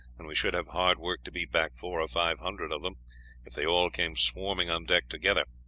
and we should have hard work to beat back four or five hundred of them if they all came swarming on deck together.